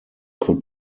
could